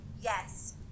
Yes